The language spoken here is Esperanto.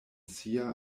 sia